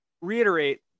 reiterate